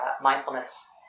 mindfulness